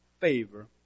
favor